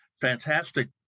fantastic